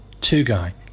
Two-guy